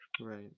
Right